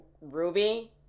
ruby